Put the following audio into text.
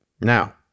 Now